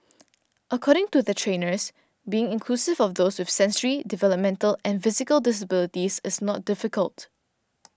according to the trainers being inclusive of those with sensory developmental and physical disabilities is not difficult